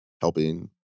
helping